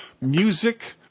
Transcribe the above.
Music